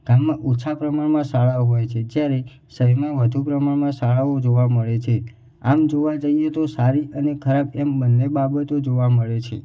ગામમાં ઓછા પ્રમાણમાં શાળાઓ હોય છે જ્યારે શહેરમાં વધુ પ્રમાણમાં શાળાઓ જોવા મળે છે આમ જોવા જઈએ તો સારી અને ખરાબ એમ બંને બાબતો જોવા મળે છે